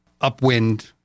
upwind